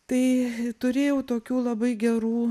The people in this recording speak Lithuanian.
tai turėjau tokių labai gerų